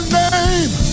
name